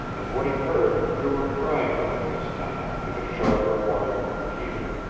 and what he heard drew a cry from him this time, and a sharper whine from peter.